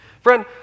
Friend